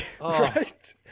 Right